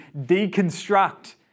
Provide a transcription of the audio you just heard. deconstruct